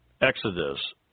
Exodus